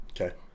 Okay